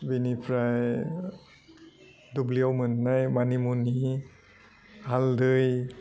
बेनिफ्राय दुब्लियाव मोन्नाय मानि मुनि हालदै